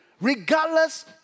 regardless